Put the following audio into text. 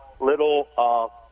little –